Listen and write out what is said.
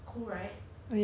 like 人家在